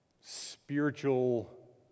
spiritual